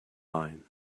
line